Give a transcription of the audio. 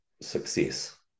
success